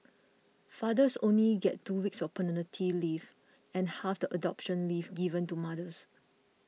fathers only get two weeks of paternity leave and half the adoption leave given to mothers